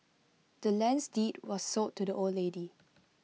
the land's deed was sold to the old lady